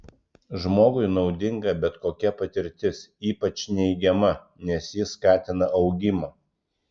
žmogui naudinga bet kokia patirtis ypač neigiama nes ji skatina augimą